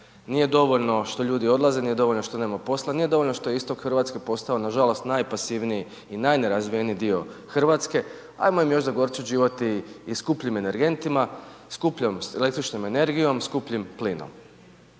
Nije dovoljno što ljudi odlaze, nije dovoljno što nema posla, nije dovoljno što je istok Hrvatska postao nažalost najpasivniji i najnerazvijeniji dio Hrvatske ajmo im još zagorčati život i skupljim energentima, skupljom električnom energijom, skupljim plinom.